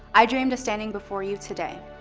i dreamed of standing before you today,